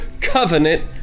covenant